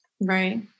Right